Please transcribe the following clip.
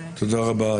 תודה רבה.